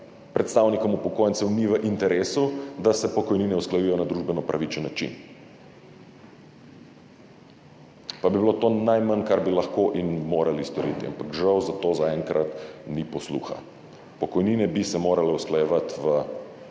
predstavnikom upokojencev ni v interesu, da se pokojnine usklajujejo na družbeno pravičen način. Pa bi bilo to najmanj, kar bi lahko in morali storiti. Ampak žal za to zaenkrat ni posluha. Pokojnine bi se morale usklajevati v